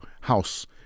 house